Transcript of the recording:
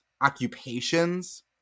occupations